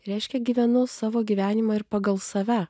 reiškia gyvenu savo gyvenimą ir pagal save